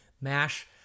MASH